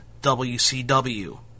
WCW